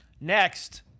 Next